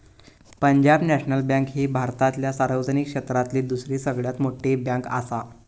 Punjab national bank ही भारतातल्या सार्वजनिक क्षेत्रातली दुसरी सगळ्यात मोठी बँकआसा